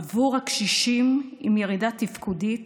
עבור קשישים עם ירידה תפקודית